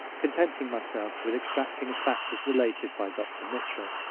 contenting myself with extracting a fact as related by dr. mitchel